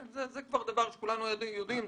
זה דבר שכולנו יודעים.